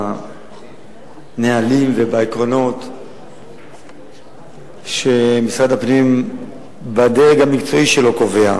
בנהלים ובעקרונות שמשרד הפנים בדרג המקצועי שלו קובע.